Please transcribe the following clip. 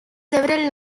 several